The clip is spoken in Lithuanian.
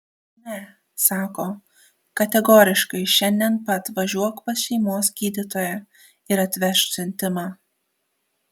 ne sako kategoriškai šiandien pat važiuok pas šeimos gydytoją ir atvežk siuntimą